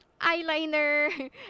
eyeliner